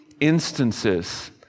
instances